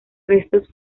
restos